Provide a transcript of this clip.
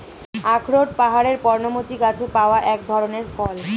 আখরোট পাহাড়ের পর্ণমোচী গাছে পাওয়া এক ধরনের ফল